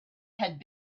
had